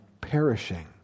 perishing